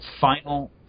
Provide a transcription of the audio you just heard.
final